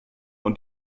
und